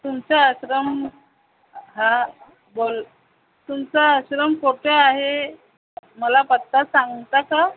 तुमचा आश्रम हां बोल तुमचा आश्रम कोठे आहे मला पत्ता सांगता का